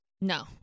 No